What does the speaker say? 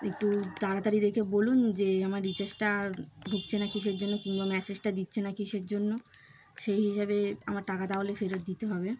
একটু তাড়াতাড়ি রেখে বলুন যে আমার রিচার্জটা ঢুকছে না কিসের জন্য কিংবা ম্যাসেজটা দিচ্ছে না কীসের জন্য সেই হিসাবে আমার টাকা তাহলে ফেরত দিতে হবে